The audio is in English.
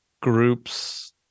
group's